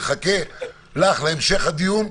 נחכה לך להמשך הדיון,